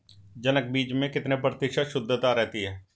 जनक बीज में कितने प्रतिशत शुद्धता रहती है?